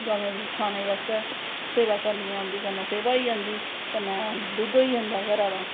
गवें दी खानें बास्तै कन्नैं उंदी सेवा होई जंदी कन्नैं दुद्द होई जंदा घरा दा